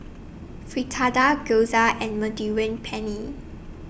Fritada Gyoza and Penne